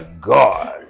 God